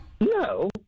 No